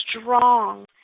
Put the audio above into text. strong